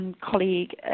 colleague